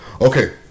Okay